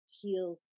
heal